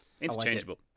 Interchangeable